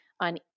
on